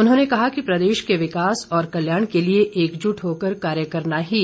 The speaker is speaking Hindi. उन्होंने कहा कि प्रदेश के विकास और कल्याण के लिए एकजुट होकर कार्य करना ही